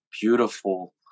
beautiful